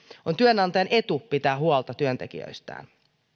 on työnantajan etu pitää huolta työntekijöistään